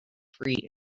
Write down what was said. free